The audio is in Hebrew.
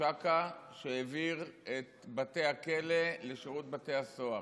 אכ"א שהעביר את בתי הכלא לשירות בתי הסוהר.